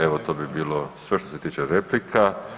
Evo to bi bilo sve što se tiče replika.